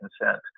consent